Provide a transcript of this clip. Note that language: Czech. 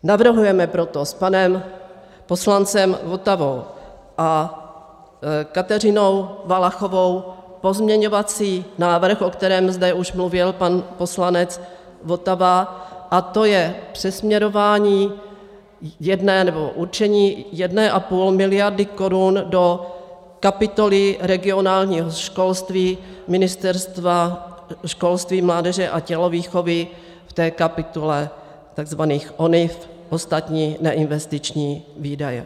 Navrhujeme proto s panem poslancem Votavou a Kateřinou Valachovou pozměňovací návrh, o kterém zde už mluvil pan poslanec Votava, a to je přesměrování nebo určení 1,5 miliardy korun do kapitoly regionálního školství Ministerstva školství, mládeže a tělovýchovy, v té kapitole tzv. ONIV, ostatní neinvestiční výdaje.